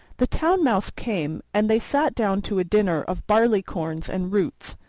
the town mouse came, and they sat down to a dinner of barleycorns and roots,